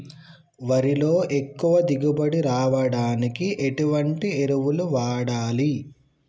వరిలో ఎక్కువ దిగుబడి రావడానికి ఎటువంటి ఎరువులు వాడాలి?